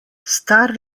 star